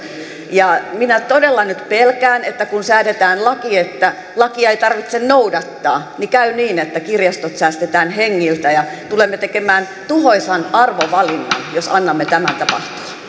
ja minä todella nyt pelkään että kun säädetään laki että lakia ei tarvitse noudattaa niin käy niin että kirjastot säästetään hengiltä tulemme tekemään tuhoisan arvovalinnan jos annamme tämän tämän tapahtua